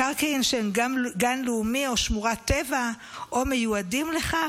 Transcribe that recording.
מקרקעין שהם גן לאומי או שמורת טבע או מיועדים לכך,